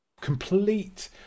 complete